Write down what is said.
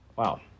Wow